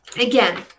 again